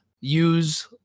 use